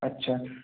আচ্ছা